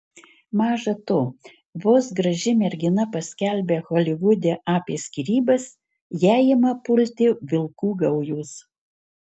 maža to vos graži mergina paskelbia holivude apie skyrybas ją ima pulti vilkų gaujos